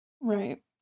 right